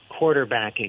quarterbacking